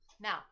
now